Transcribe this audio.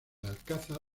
alcázar